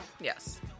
Yes